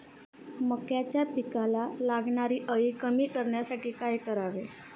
मक्याच्या पिकाला लागणारी अळी कमी करण्यासाठी काय करावे?